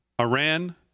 Iran